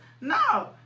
No